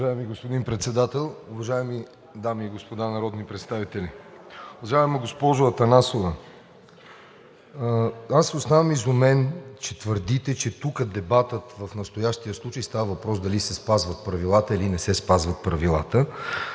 Уважаеми господин Председател, уважаеми дами и господа народни представители! Уважаема госпожо Атанасова, аз оставам изумен, че твърдите, че тук дебатът в настоящия случай – става въпрос дали се спазват Правилата, или не се спазват Правилата?